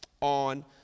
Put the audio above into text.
on